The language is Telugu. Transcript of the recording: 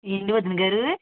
ఏంటి వదిన గారు